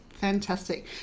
Fantastic